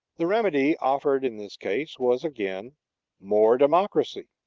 the remedy offered in this case was again more democracy,